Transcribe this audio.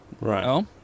Right